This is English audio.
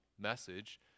message